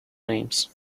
names